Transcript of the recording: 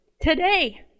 today